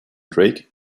drake